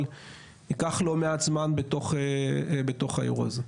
אבל ייקח לא מעט זמן בתוך האירוע הזה.